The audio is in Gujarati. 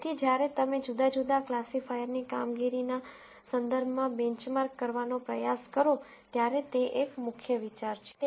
તેથી જ્યારે તમે જુદા જુદા ક્લાસિફાયર્સની કામગીરીના સંદર્ભમાં બેંચમાર્ક કરવાનો પ્રયાસ કરો ત્યારે તે એક મુખ્ય વિચાર છે